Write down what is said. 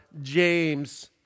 James